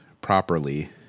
properly